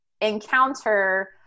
encounter